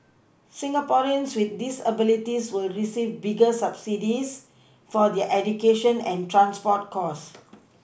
Singaporeans with disabilities will receive bigger subsidies for their education and transport costs